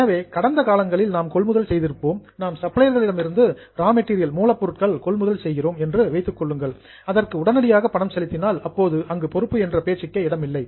எனவே கடந்த காலங்களில் நாம் கொள்முதல் செய்திருப்போம் நாம் சப்ளையர்களிடமிருந்து ரா மெட்டீரியல் மூலப்பொருள் கொள்முதல் செய்கிறோம் என்று வைத்துக் கொள்ளுங்கள் அதற்கு உடனடியாக பணம் செலுத்தினால் அப்போது அங்கு பொறுப்பு என்ற பேச்சுக்கு இடமில்லை